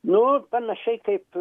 nu panašiai kaip